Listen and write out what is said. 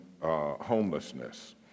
Homelessness